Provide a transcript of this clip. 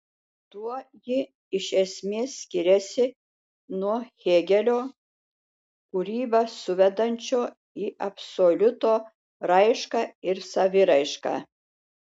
tuo ji iš esmės skiriasi nuo hėgelio kūrybą suvedančio į absoliuto raišką ir saviraišką